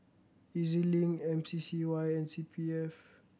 E Z Link M C C Y and C P F